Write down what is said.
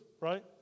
right